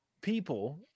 people